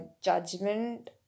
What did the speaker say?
judgment